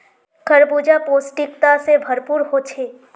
खरबूजा पौष्टिकता से भरपूर होछे